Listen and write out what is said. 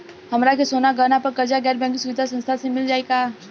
हमरा के सोना गहना पर कर्जा गैर बैंकिंग सुविधा संस्था से मिल जाई का?